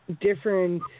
Different